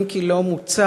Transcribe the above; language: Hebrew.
אם כי לא מוצף,